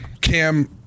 Cam